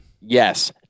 Yes